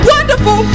Wonderful